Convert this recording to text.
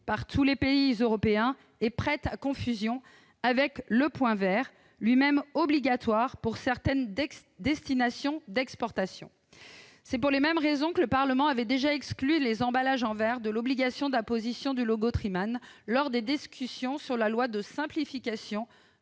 par tous les pays européens, et une confusion est possible avec le « point vert », lui-même obligatoire pour certaines destinations d'exportation. Pour les mêmes raisons, le Parlement avait déjà exclu les emballages en verre de l'obligation d'imposition du logo Triman lors des discussions sur la loi du 20 décembre